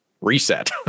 reset